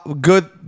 Good